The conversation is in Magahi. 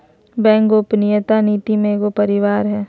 बैंक गोपनीयता नीति के एगो परिवार हइ